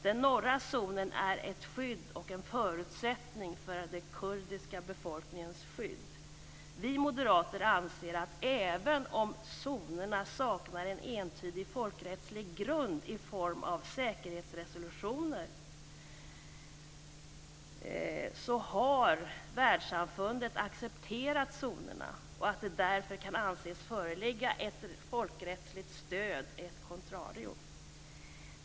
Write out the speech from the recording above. Den norra zonen är ett skydd och en förutsättning för den kurdiska befolkningens skydd. Vi moderater anser att även om zonerna saknar en entydig folkrättslig grund i form av säkerhetsresolutioner har världssamfundet accepterat zonerna och att ett folkrättsligt stöd et contrario därför kan anses föreligga.